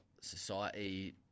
society